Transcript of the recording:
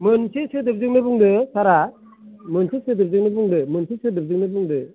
मोनसे सोदोबजोंनो बुंदो सारआ मोनसे सोदोबजोंनो बुंदो मोनसे सोदोबजोंनो बुंदो